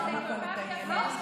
הייתי חייבת לצטט את המקור.